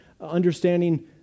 understanding